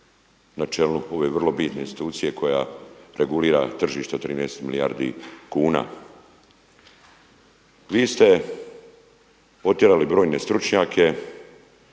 na čelu ove vrlo bitne institucije koja regulira tržište 13 milijardi kuna. Vi ste potjerali brojne stručnjake,